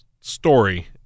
story